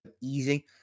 easy